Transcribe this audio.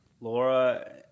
Laura